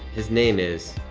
his name is